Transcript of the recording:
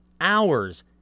hours